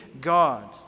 God